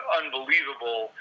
unbelievable